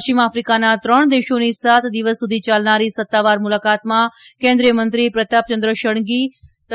પશ્ચિમ આફિકાના ત્રણ દેશોની સાત દિવસ સુધી યાલનારી સત્તાવાર મુલાકાતમાં કેન્દ્રિયમંત્રી પ્રતાપચંદ્ર ષડંગી